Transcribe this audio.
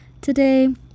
today